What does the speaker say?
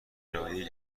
ارائهای